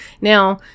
Now